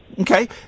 Okay